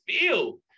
feel